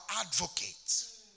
advocate